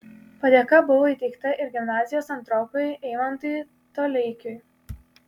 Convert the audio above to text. padėka buvo įteikta ir gimnazijos antrokui eimantui toleikiui